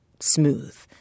smooth